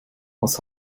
was